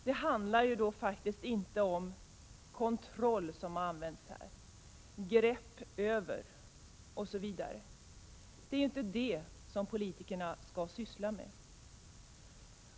Det handlar inte om kontroll, vilket har sagts här, eller grepp över det och det. Det är inte det politikerna skall syssla med.